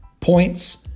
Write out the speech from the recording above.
Points